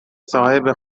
صاحب